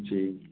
जी